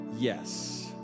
yes